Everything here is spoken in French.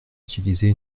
utiliser